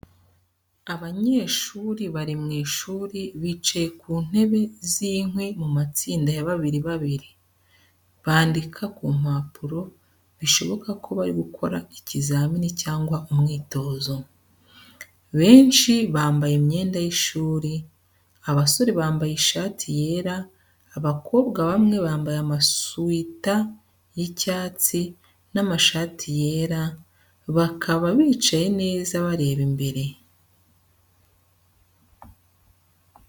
Abanyeshuri bari mu ishuri bicaye ku ntebe z’inkwi mu matsinda ya babiri babiri, bandika ku mpapuro bishoboka ko bari gukora ikizamini cyangwa umwitozo. Benshi bambaye imyenda y’ishuri, abasore bambaye ishati yera, abakobwa bamwe bambaye amasuwita y’icyatsi n’amashati yera, bakaba bicaye neza bareba imbere.